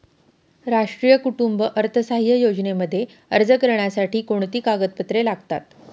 राष्ट्रीय कुटुंब अर्थसहाय्य योजनेमध्ये अर्ज करण्यासाठी कोणती कागदपत्रे लागतात?